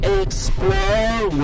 explore